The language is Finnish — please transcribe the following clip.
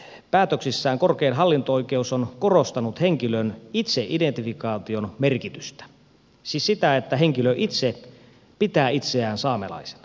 viimeisissä päätöksissään korkein hallinto oikeus on korostanut henkilön itseidentifikaation merkitystä siis sitä että henkilö itse pitää itseään saamelaisena